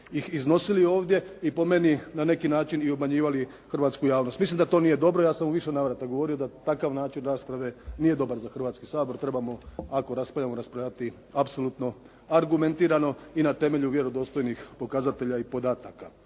ih iznosili ovdje i po meni na neki način i obmanjivali hrvatsku javnost. Mislim da to nije dobro, ja sam u više navrata govorio da takav način rasprave nije dobar za Hrvatski sabor, trebamo ako raspravljamo raspravljati apsolutno argumentirano i na temelju vjerodostojih pokazatelja i podataka.